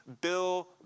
Bill